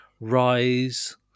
rise